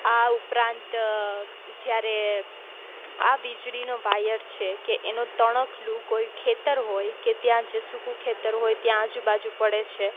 આ ઉપરાંત જ્યારે આ વીજળીનો વાયર છે કે એનો તણખલું કોઈ ખેતર હોય કે ત્યાં જે સૂકું ખેતર હોય ત્યાં આજુ બાજુ પડે છે